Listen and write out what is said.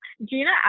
Gina